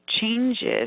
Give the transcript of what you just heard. changes